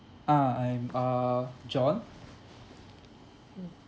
ah I'm uh john